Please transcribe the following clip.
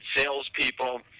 salespeople